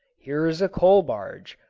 here is a coal-barge,